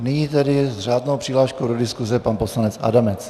Nyní tedy s řádnou přihláškou do diskuse poslanec Adamec.